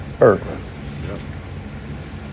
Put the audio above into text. earth